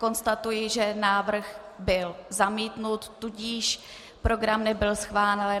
Konstatuji, že návrh byl zamítnut, tudíž program nebyl schválen.